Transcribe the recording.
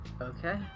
Okay